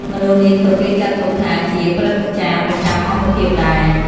មនុស្សនេះក៏គេចាត់ទុកថាជា ព្រឹទ្ធាចារ្យប្រចាំអង្គភាព ដែរ។